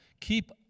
Keep